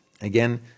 Again